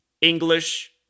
English